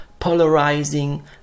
polarizing